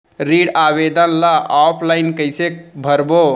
ऋण आवेदन ल ऑफलाइन कइसे भरबो?